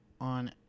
on